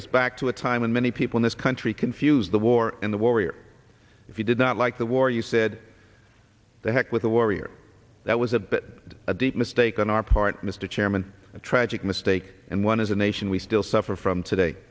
us back to a time when many people in this country confuse the war and the warrior if you did not like the war you said the heck with the warrior that was a bit a deep mistake on our part mr chairman a tragic mistake and one as a nation we still suffer from today